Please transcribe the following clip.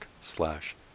slash